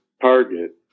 target